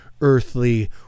earthly